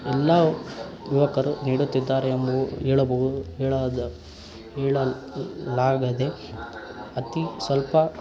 ಎಲ್ಲ ಯುವಕರು ನೀಡುತ್ತಿದ್ದಾರೆ ಎಂಬುವ ಏಳಬವು ಹೇಳದ ಹೇಳಲಾಗದೆ ಅತಿ ಸ್ವಲ್ಪ